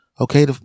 Okay